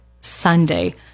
Sunday